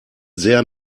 sehr